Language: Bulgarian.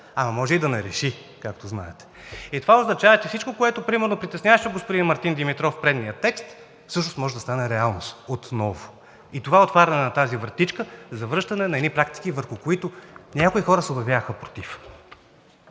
Ама може и да не реши, както знаете. И това означава, че всичко, което примерно притесняваше господин Мартин Димитров в предния текст, всъщност може да стане реалност отново и отварянето на тази вратичка за връщане на едни практики, върху които някои хора се обявяваха против.